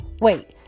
wait